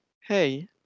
Hey